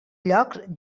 llocs